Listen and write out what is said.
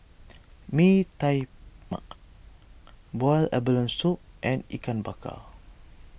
Bee Tai Mak Boiled Abalone Soup and Ikan Bakar